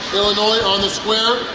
illinois on the square,